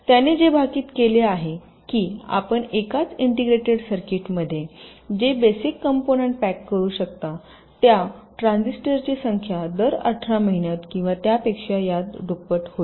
त्याने जे भाकीत केले होते की आपण एकाच इंटिग्रेटेड सर्किटमध्ये जे बेसिक कॉम्पोनन्ट पॅक करू शकता त्या ट्रान्झिस्टर ची संख्या दर अठरा महिन्यांत किंवा त्यापेक्षा यात दुप्पट होईल